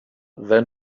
then